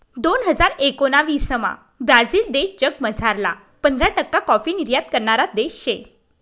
दोन हजार एकोणाविसमा ब्राझील देश जगमझारला पंधरा टक्का काॅफी निर्यात करणारा देश शे